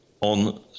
on